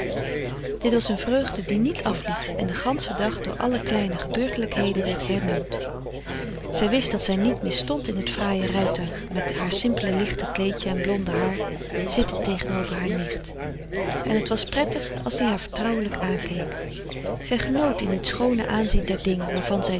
dit was een vreugde die niet afliet en den ganschen dag door alle kleine gebeurtelijkheden werd hernieuwd zij wist dat zij niet misstond in het fraaie rijtuig met haar simpele lichte kleedje en blonde haar zittend tegenover haar nicht en het was prettig als die haar vertrouwelijk aankeek zij genoot in dit schoone aanzien der dingen waarvan zij